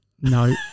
No